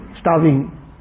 starving